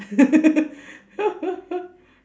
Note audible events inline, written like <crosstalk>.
<laughs>